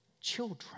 children